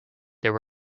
there